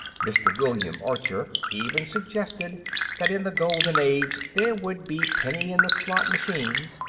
mr. william archer even suggested that in the golden age there would be penny-in-the-slot machines,